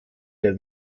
der